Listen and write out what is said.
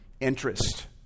interest